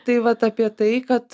tai vat apie tai kad